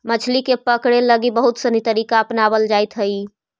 मछली के पकड़े लगी बहुत सनी तरीका अपनावल जाइत हइ